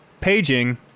paging